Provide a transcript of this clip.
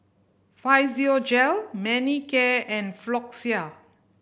Physiogel Manicare and Floxia